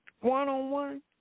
one-on-one